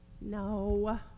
No